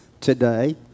today